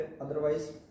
Otherwise